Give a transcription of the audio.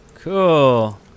Cool